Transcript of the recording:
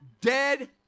dead